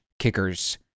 kickers